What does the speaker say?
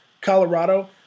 Colorado